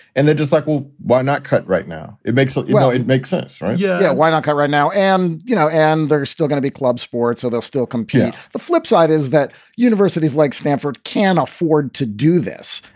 and they're just like, well, why not cut right now? it makes it. wow. it makes sense, right? yeah yeah why not go right now? and, you know, and they're still going to be club sports, so they'll still compete. the flipside is that universities like stanford can afford to do this.